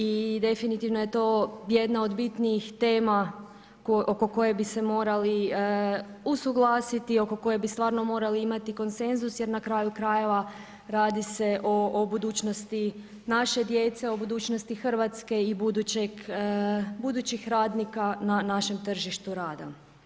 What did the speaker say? I definitivno je to jedna od bitnijih tema oko koje bi se morali usuglasiti, oko koje bi stvarno morali imati konsenzus jer na kraju krajeva radi se o budućnosti naše djece, o budućnosti Hrvatske i budućih radnika na našem tržištu rada.